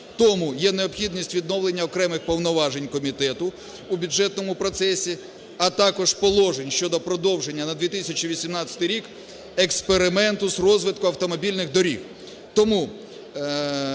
Тому є необхідність відновлення окремих повноважень комітету у бюджетному процесі, а також положень щодо продовження на 2018 рік експерименту з розвитку автомобільних доріг.